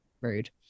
rude